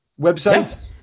website